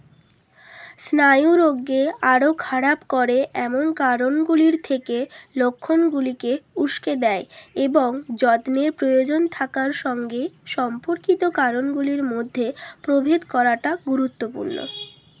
স্নায়ুরোগকে আরও খারাপ করে এমন কারণগুলির থেকে লক্ষণগুলিকে উস্কে দেয় এবং যত্নের প্রয়োজন থাকার সঙ্গে সম্পর্কিত কারণগুলির মধ্যে প্রভেদ করাটা গুরুত্বপূর্ণ